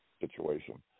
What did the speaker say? situation